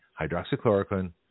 hydroxychloroquine